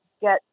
get